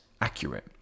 accurate